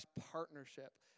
partnership